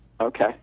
Okay